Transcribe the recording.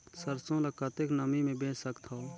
सरसो ल कतेक नमी मे बेच सकथव?